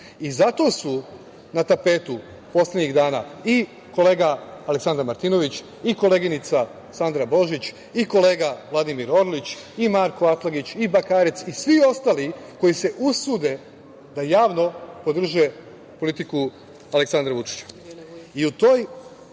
Zato su na tapetu poslednjih dana i kolega Aleksandar Martinović i koleginica Sandra Božić i kolega Vladimir Orlić i Marko Atlagić i Bakarec i svi ostali koji se usude da javno podrže politiku Aleksandra Vučića.U